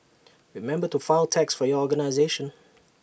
remember to file tax for your organisation